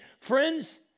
Friends